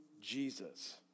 Jesus